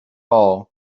all